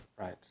Right